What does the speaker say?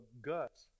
guts